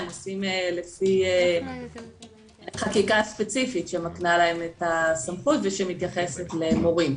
הם עושים לפי חקיקה ספציפית שמקנה להם את הסמכות ושמתייחסת למורים.